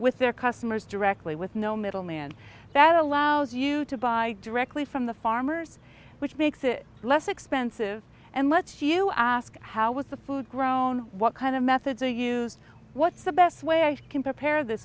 with their customers directly with no middleman that allows you to buy directly from the farmers which makes it less expensive and lets you ask how was the food grown what kind of methods are used what's the best way i can prepare th